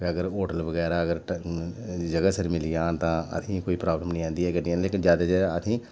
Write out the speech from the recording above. अगर होटल बगैरा अगर टंग जगह सिर मिली जान तां असेंगी कोई प्राब्लम नेईं आंदी ऐ गड्डियें दी लेकिन ज्यादा ज्यादा असेंगी